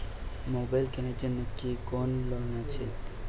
Mobile কেনার জন্য কি কোন লোন আছে?